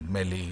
נדמה לי,